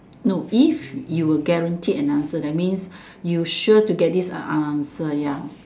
no if you're guaranteed an answer that means you sure to get it the answer ya